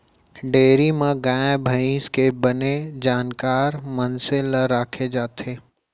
dairy म गाय भईंस के बने जानकार मनसे ल राखे जाथे